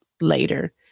later